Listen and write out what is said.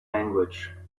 language